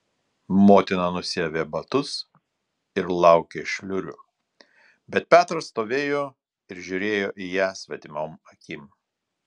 motina nusiavė batus ir laukė šliurių bet petras stovėjo ir žiūrėjo į ją svetimom akim